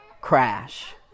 crash